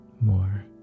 more